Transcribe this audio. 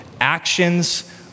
actions